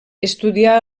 estudià